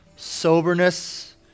Soberness